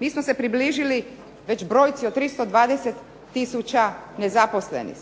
Mi smo se približili već brojci od 320 tisuća nezaposlenih.